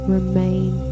Remain